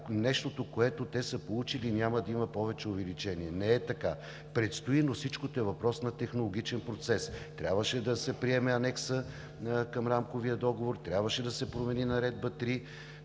нещото, което са получили и няма да има повече увеличение – не е така. Предстои, но е въпрос на технологичен процес – трябваше да се приеме Анекс към Рамковия договор, трябваше да се промени Наредба №